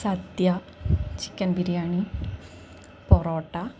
സദ്യ chicken biryani parotta